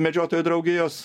medžiotojų draugijos